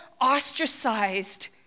ostracized